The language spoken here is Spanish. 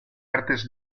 artes